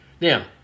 Now